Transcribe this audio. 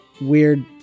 weird